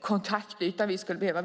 kontaktyta vi skulle behöva.